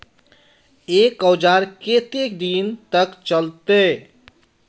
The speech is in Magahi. एक औजार केते दिन तक चलते?